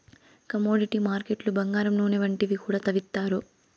commodity మార్కెట్లు బంగారం నూనె వంటివి కూడా తవ్విత్తారు